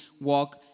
walk